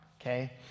okay